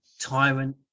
tyrant